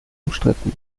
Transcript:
umstritten